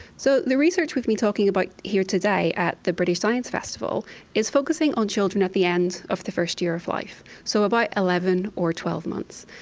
so the research we've been talking about here today at the british science festival is focusing on children at the end of the first year of life, so about eleven or twelve months.